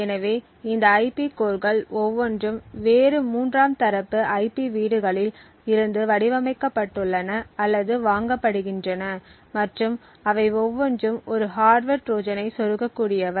எனவே இந்த ஐபி கோர்கள் ஒவ்வொன்றும் வேறு மூன்றாம் தரப்பு IP வீடுகளில் இருந்து வடிவமைக்கப்பட்டுள்ளன அல்லது வாங்கப்படுகின்றன மற்றும் அவை ஒவ்வொன்றும் ஒரு ஹார்ட்வர் ட்ரோஜனைச் சொருக கூடியவை